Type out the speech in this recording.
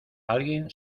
alguien